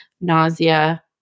nausea